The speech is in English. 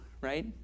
right